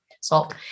salt